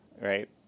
right